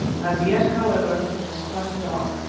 as yet, however, it was quite dark.